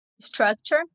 structure